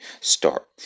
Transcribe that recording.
start